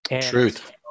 Truth